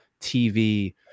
TV